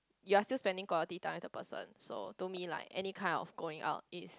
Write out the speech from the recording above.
you're still spending quality time with the person so to me like any kind of going out is